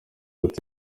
ati